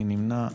מי נמנע?